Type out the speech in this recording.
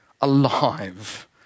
alive